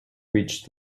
reached